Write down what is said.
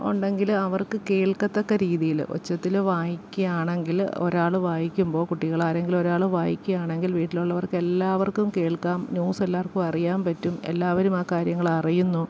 ഉണ്ടെങ്കിൽ അവർക്ക് കേൾക്കത്തക്ക രീതിയിൽ ഒച്ചത്തിൽ വായിക്കുകയാണെങ്കിൽ ഒരാൾ വായിക്കുമ്പോൾ കുട്ടികളാരെങ്കിലും ഒരാൾ വായിക്കുകയാണെങ്കിൽ വീട്ടിലുള്ളവർക്കെല്ലാവർക്കും കേൾക്കാം ന്യൂസ് എല്ലാവർക്കുമറിയാൻ പറ്റും എല്ലാവരും ആ കാര്യങ്ങളറിയുന്നു